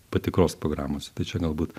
patikros programose tai čia galbūt